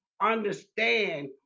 understand